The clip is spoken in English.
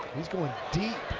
he's going deep.